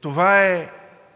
това е